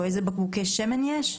או איזה בקבוקי שמן יש?